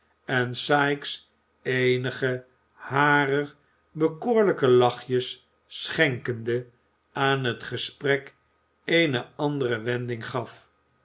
en sikes eenige harer bekoorlijke lachjes schenkende aan het gesprek eene andere wending gaf